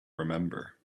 remember